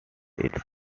its